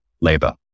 labor